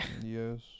yes